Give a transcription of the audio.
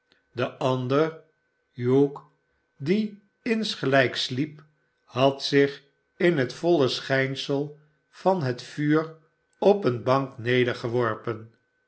de ander hugh die insgelijks sliep had zich in het voile schijnsel van het vuur op eene bank